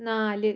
നാല്